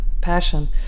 passion